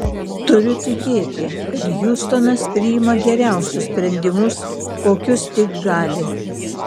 turiu tikėti kad hiustonas priima geriausius sprendimus kokius tik gali